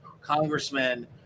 congressman